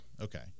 Okay